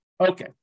Okay